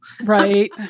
Right